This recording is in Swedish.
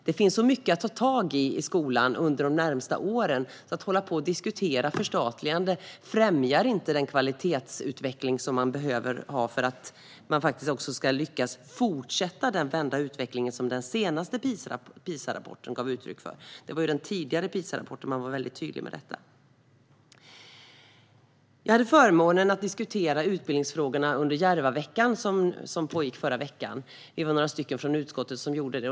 Det finns så mycket att ta tag i i skolan under de närmaste åren, och att hålla på att diskutera förstatligande främjar inte den kvalitetsutveckling som behövs för att lyckas fortsätta att vända den utveckling som den senaste PISA-rapporten gav uttryck för. Det var i den tidigare PISA-rapporten som man var väldigt tydlig. Jag hade förmånen att diskutera utbildningsfrågorna under Järvaveckan, som pågick förra veckan. Vi var några från utskottet som gjorde det.